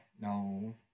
No